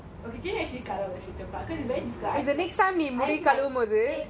okay can you actually cut out the straighten part because it's very I have to like I have to like